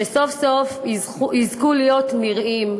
שסוף-סוף יזכו להיות נראים,